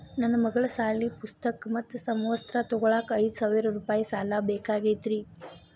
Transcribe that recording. ನನ್ನ ಮಗಳ ಸಾಲಿ ಪುಸ್ತಕ್ ಮತ್ತ ಸಮವಸ್ತ್ರ ತೊಗೋಳಾಕ್ ಐದು ಸಾವಿರ ರೂಪಾಯಿ ಸಾಲ ಬೇಕಾಗೈತ್ರಿ